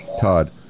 Todd